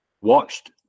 watched